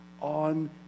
on